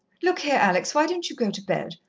look here, alex, why don't you go to bed?